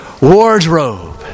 wardrobe